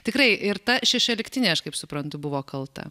tikrai ir ta šešioliktinė aš kaip suprantu buvo kalta